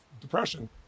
depression